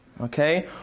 Okay